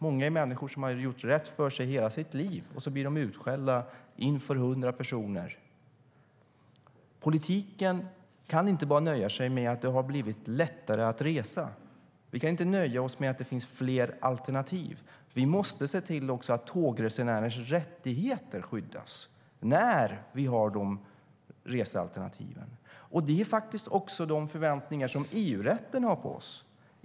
Många av dem är människor som har gjort rätt för sig i hela sitt liv, och nu blir de utskällda inför hundra personer. Politiken kan inte bara nöja sig med att det har blivit lättare att resa. Vi kan inte nöja oss med att det finns fler alternativ. Vi måste också se till att tågresenärens rättigheter skyddas när vi har dessa resealternativ. Det är också de förväntningar som EU-rätten har på oss.